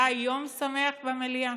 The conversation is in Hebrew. היה יום שמח במליאה,